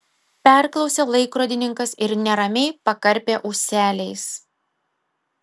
perklausė laikrodininkas ir neramiai pakarpė ūseliais